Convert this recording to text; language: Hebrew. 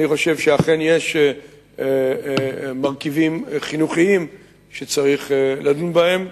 אני חושב שיש מרכיבים חינוכיים שיש לדון בהם,